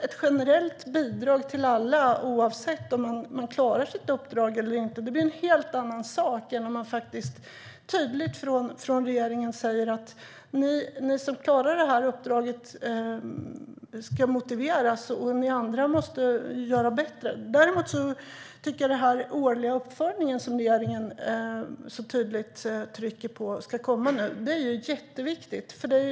Ett generellt bidrag till alla oavsett om de klarar sitt uppdrag eller inte blir en helt annan sak än om man tydligt från regeringen säger: Ni som klarar uppdraget ska motiveras, och ni andra måste göra bättre. Däremot är den årliga uppföljning som regeringen nu så tydligt trycker på ska komma jätteviktig.